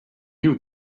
knew